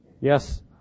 Yes